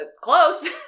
Close